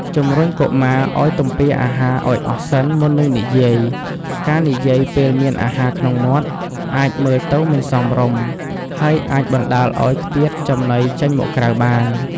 ជំរុញកុមារឲ្យទំពារអាហារឲ្យអស់សិនមុននឹងនិយាយ ការនិយាយពេលមានអាហារក្នុងមាត់ អាចមើលទៅមិនសមរម្យ ហើយអាចបណ្តាលឲ្យខ្ទាតចំណីចេញមកក្រៅបាន។